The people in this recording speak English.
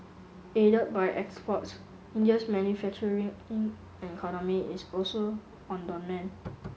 aided by exports India's manufacturing in economy is also on the mend